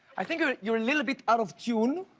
i think are you a little bit out of tune.